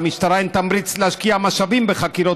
למשטרה אין תמריץ להשקיע משאבים בחקירות